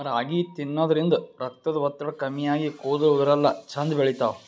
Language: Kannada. ರಾಗಿ ತಿನ್ನದ್ರಿನ್ದ ರಕ್ತದ್ ಒತ್ತಡ ಕಮ್ಮಿ ಆಗಿ ಕೂದಲ ಉದರಲ್ಲಾ ಛಂದ್ ಬೆಳಿತಾವ್